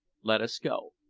let us go.